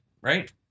right